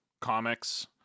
comics